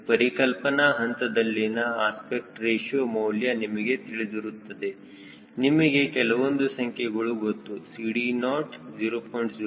ಪರಿಕಲ್ಪನಾ ಹಂತದಲ್ಲಿನ aspect ratio ಮೌಲ್ಯ ನಿಮಗೆ ತಿಳಿದಿರುತ್ತದೆ ನಿಮಗೆ ಕೆಲವೊಂದು ಸಂಖ್ಯೆಗಳು ಗೊತ್ತು CD00